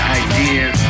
ideas